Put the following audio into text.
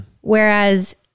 Whereas